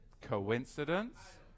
Coincidence